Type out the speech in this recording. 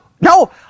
no